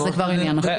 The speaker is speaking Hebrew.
זה כבר עניין אחר.